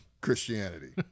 Christianity